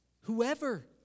Whoever